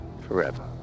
forever